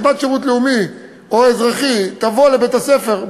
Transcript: שבת שירות לאומי או אזרחי תבוא לבית-הספר,